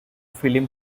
film